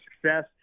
success